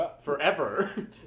forever